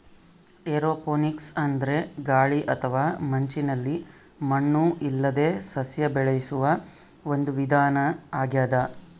aeroponics ಅಂದ್ರೆ ಗಾಳಿ ಅಥವಾ ಮಂಜಿನಲ್ಲಿ ಮಣ್ಣು ಇಲ್ಲದೇ ಸಸ್ಯ ಬೆಳೆಸುವ ಒಂದು ವಿಧಾನ ಆಗ್ಯಾದ